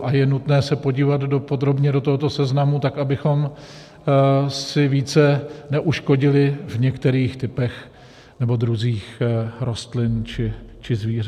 A je nutné se podívat podrobně do tohoto seznamu tak, abychom si více neuškodili v některých typech nebo druzích rostlin či zvířat.